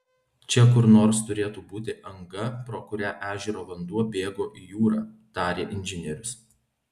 čia kur nors turėtų būti anga pro kurią ežero vanduo bėgo į jūrą tarė inžinierius